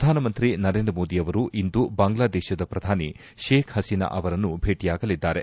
ಪ್ರಧಾನಮಂತ್ರಿ ನರೇಂದ್ರ ಮೋದಿಯವರು ಇಂದು ಬಾಂಗ್ಲಾದೇಶದ ಪ್ರಧಾನಿ ಷೇಕ್ ಹಸೀನಾ ಅವರನ್ನು ಭೇಟಿಯಾಗಲಿದ್ದಾರೆ